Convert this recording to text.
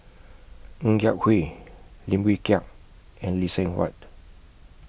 Ng Yak Whee Lim Wee Kiak and Lee Seng Huat